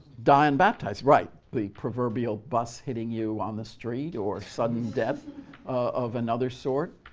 die unbaptized, right. the proverbial bus hitting you on the street or sudden death of another sort.